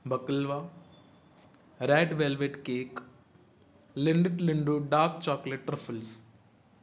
baklava red velvet cake Lindt लीडु dark chocolate truffles